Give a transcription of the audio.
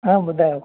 हा ॿुधायो